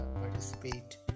participate